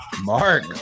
mark